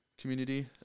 Community